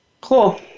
Cool